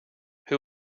who